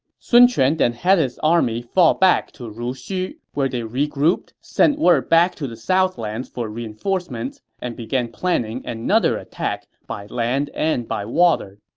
sun quan then had his army fall back to ruxu, where they regrouped, sent word back to the southlands for reinforcements, and began planning another attack by land and water